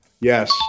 Yes